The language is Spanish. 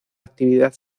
actividad